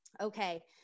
Okay